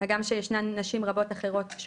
הגם שישנן נשים רבות אחרות,